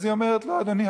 אז היא אומרת לו: אדוני,